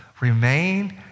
Remain